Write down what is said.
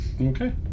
okay